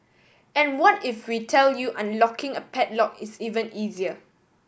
and what if we tell you unlocking a padlock is even easier